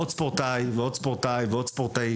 עוד ספורטאי, ועוד ספורטאית.